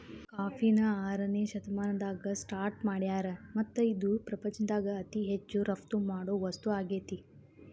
ಕಾಫಿನ ಆರನೇ ಶತಮಾನದಾಗ ಸ್ಟಾರ್ಟ್ ಮಾಡ್ಯಾರ್ ಮತ್ತ ಇದು ಪ್ರಪಂಚದಾಗ ಅತಿ ಹೆಚ್ಚು ರಫ್ತು ಮಾಡೋ ವಸ್ತು ಆಗೇತಿ